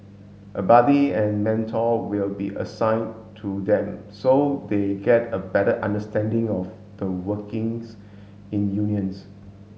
a buddy and mentor will be assigned to them so they get a better understanding of the workings in unions